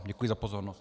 Děkuji za pozornost.